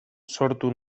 sortu